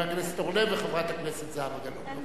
חבר הכנסת אורלב וחברת הכנסת זהבה גלאון.